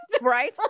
Right